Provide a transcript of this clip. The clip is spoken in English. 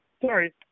Sorry